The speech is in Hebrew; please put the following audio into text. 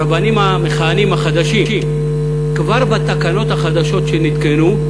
הרבנים המכהנים החדשים, כבר בתקנות החדשות שנתקנו,